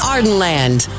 Ardenland